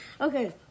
Okay